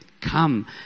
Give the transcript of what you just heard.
come